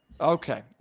Okay